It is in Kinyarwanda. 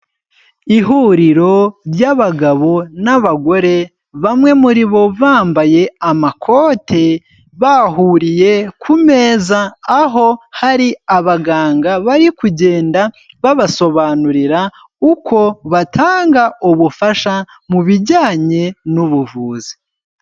Ihuriro ry'abagabo n'abagore, bamwe muri bo bambaye amakote, bahuriye ku meza, aho hari abaganga bari kugenda babasobanurira uko batanga ubufasha mu bijyanye n'ubuvuzi.